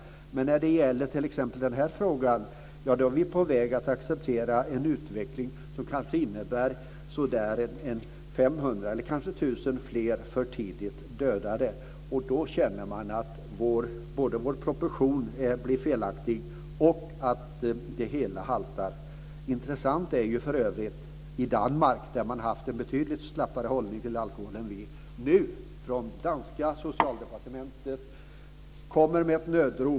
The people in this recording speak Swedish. Men när det gäller t.ex. den här frågan är vi på väg att acceptera en utveckling som kanske innebär sådär en 500 eller kanske 1 000 fler för tidigt dödade. Då känner man att proportionen blir felaktig och att det hela haltar. Intressant är för övrigt att man i Danmark, där man har haft en betydligt slappare hållning till alkoholen än vi, nu kommer med ett nödrop från danska socialdepartementet.